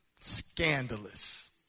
Scandalous